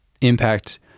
impact